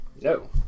No